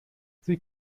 sie